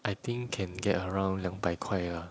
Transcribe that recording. I think can get around 两百块 lah